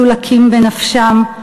מצולקים בנפשם,